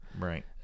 Right